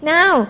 Now